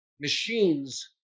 machines